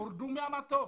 הורדו מהמטוס.